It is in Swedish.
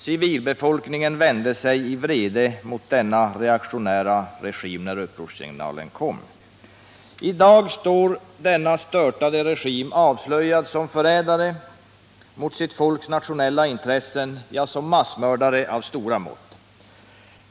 Civilbefolkningen vände sig i vrede mot denna reaktionära regim när upprorssignalen kom. I dag står denna störtade regim avslöjad som förrädare mot sitt folks nationella intressen, ja, som massmördare av stora mått.